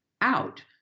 out